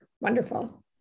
wonderful